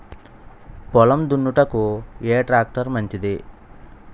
పొలం దున్నుటకు ఏ ట్రాక్టర్ మంచిది?